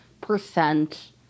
percent